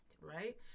right